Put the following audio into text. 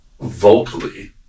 vocally